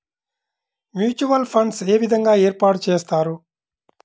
Mutual funds ఏ విధంగా ఏర్పాటు చేస్తారు?